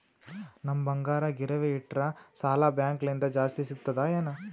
ನಮ್ ಬಂಗಾರ ಗಿರವಿ ಇಟ್ಟರ ಸಾಲ ಬ್ಯಾಂಕ ಲಿಂದ ಜಾಸ್ತಿ ಸಿಗ್ತದಾ ಏನ್?